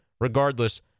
Regardless